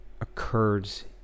occurs